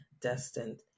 destined